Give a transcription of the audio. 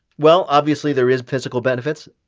well, obviously, there is physical benefits.